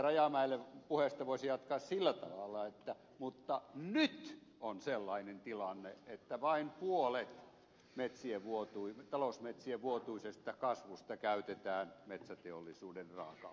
rajamäen puheesta voisi jatkaa sillä tavalla että nyt on sellainen tilanne että vain puolet talousmetsien vuotuisesta kasvusta käytetään metsäteollisuuden raaka aineena